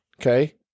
okay